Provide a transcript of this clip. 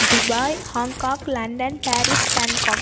Dubai Hong Kong London Paris Bangkok